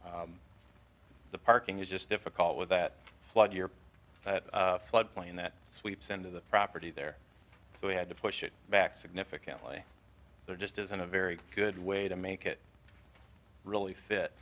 garage the parking is just difficult with that flood your flood plane that sweeps end of the property there so we had to push it back significantly there just isn't a very good way to make it really fit